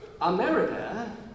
America